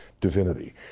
divinity